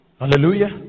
hallelujah